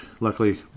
luckily